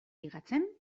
ligatzen